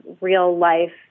real-life